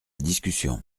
discussion